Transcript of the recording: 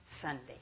Sunday